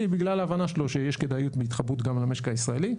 בגלל ההבנה שלו שיש כדאיות להתחברות גם למשק הישראלי,